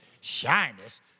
shyness